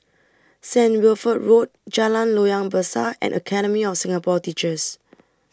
Saint Wilfred Road Jalan Loyang Besar and Academy of Singapore Teachers